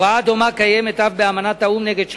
הוראה דומה קיימת אף באמנת האו"ם נגד שחיתות,